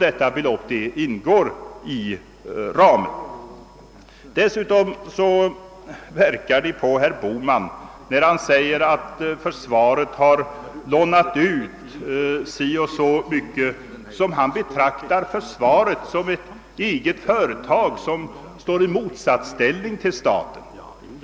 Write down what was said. Detta belopp ingår i ramen. Dessutom verkar det som om herr Bohman, när han säger att försvaret har lånat ut ett visst belopp, betraktar försvaret som ett eget företag som står i motsatsställning till staten.